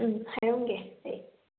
ꯎꯝ ꯍꯥꯏꯔꯝꯒꯦ ꯑꯩ